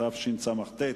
התשס"ט 2009,